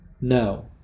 No